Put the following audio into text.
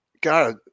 God